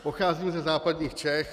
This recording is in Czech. Pocházím ze západních Čech.